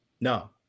No